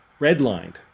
redlined